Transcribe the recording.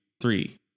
three